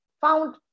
found